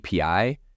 API